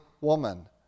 woman